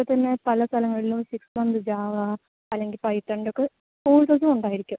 ഇപ്പോൾ തന്നെ പല സ്ഥലങ്ങളിലും സിക്സ് മന്ത് ജാവാ അല്ലെങ്കിൽ പൈത്തൺൻ്റെയൊക്കെ കോഴ്സസും ഉണ്ടായിരിക്കും